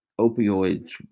opioids